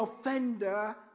offender